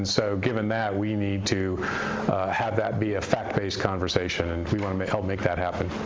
and so given that, we need to have that be a fact-based conversation, and we want to help make that happen.